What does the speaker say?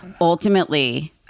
Ultimately